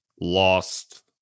lost